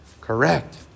correct